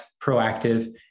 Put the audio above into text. proactive